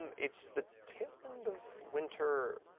um it's the tail end of winter